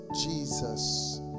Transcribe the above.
Jesus